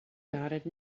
nodded